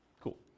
Cool